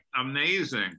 amazing